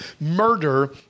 murder